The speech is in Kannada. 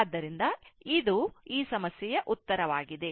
ಆದ್ದರಿಂದ ಇದು ಉತ್ತರವಾಗಿದೆ